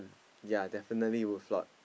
ya definitely will flawed